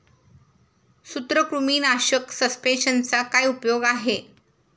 सूत्रकृमीनाशक सस्पेंशनचा काय उपयोग आहे?